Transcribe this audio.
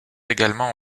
également